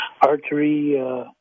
archery